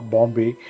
Bombay